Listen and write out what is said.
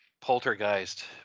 Poltergeist